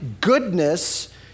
goodness